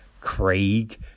Craig